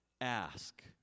Ask